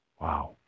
Wow